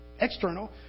external